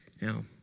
Now